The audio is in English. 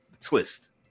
Twist